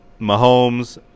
Mahomes